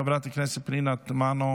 חברת הכנסת פנינה תמנו,